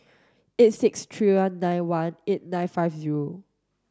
eight six three one nine one eight nine five zero